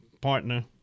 partner